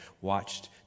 watched